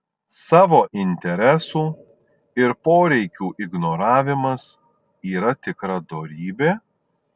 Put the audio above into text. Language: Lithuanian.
savo interesų ir poreikių ignoravimas yra tikra dorybė